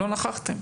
לא נכחת.